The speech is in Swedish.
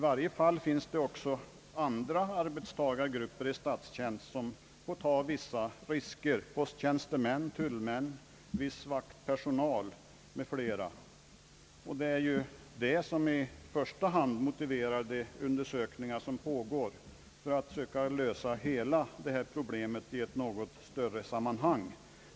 Det finns ju även andra arbetstagargrupper i statstjänst som får ta vissa risker, posttjänstemän, tullmän, viss vaktpersonal m.fl. Det är detta som i första hand motiverar de undersökningar som pågår för att söka lösa hela detta problem i ett något större sammanhang.